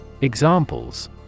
Examples